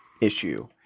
issue